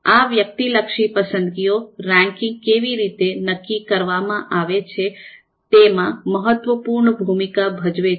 આ વ્યક્તિલક્ષી પસંદગીઓ રેન્કિંગ કેવી રીતે નક્કી કરવામાં આવે છે તેમાં મહત્વપૂર્ણ ભૂમિકા ભજવે છે